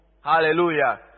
Hallelujah